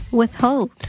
withhold